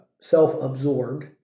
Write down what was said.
self-absorbed